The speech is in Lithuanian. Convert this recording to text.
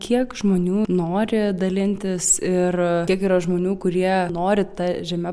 kiek žmonių nori dalintis ir kiek yra žmonių kurie nori ta žeme